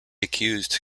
accused